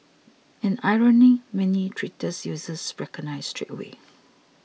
an irony many Twitter users recognised straight away